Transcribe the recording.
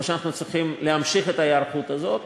או שאנחנו צריכים להמשיך את ההיערכות הזאת,